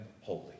holy